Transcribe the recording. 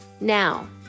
now